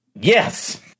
Yes